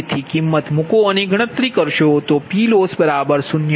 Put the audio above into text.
તેથી કિમત મૂકો અને ગણતરી કરશો તો PLoss0